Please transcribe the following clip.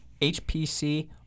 HPC